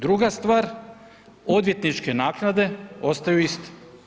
Druga stvar, odvjetničke naknade ostaju iste.